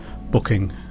booking